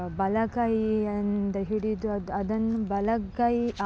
ಬಲ ಕೈಯಿಂದ ಹಿಡಿದು ಅದು ಅದನ್ನು ಬಲಗೈ